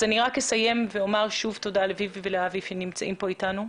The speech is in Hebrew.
אני אסיים ואומר שוב תודה לויוי ולאבי שנמצאים כאן אתנו.